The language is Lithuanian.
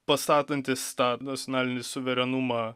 pastatantis tą nacionalinį suverenumą